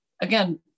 again